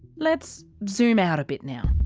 let's zoom out a bit now.